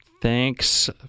Thanks